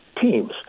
teams